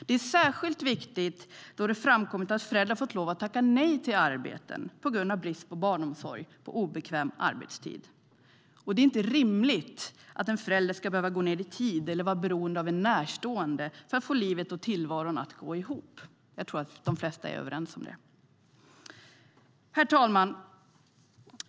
Det är särskilt viktigt då det framkommit att föräldrar fått lov att tacka nej till arbeten på grund av brist på barnomsorg på obekväm arbetstid. Det är inte rimligt att en förälder ska behöva gå ned i tid eller vara beroende av en närstående för att få livet och tillvaron att gå ihop. Jag tror att de flesta är överens om det. Herr talman!